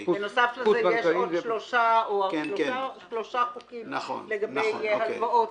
בנוסף לזה יש עוד 3 חוקים לגבי הלוואות,